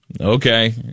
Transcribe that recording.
Okay